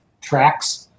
tracks